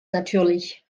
natürlich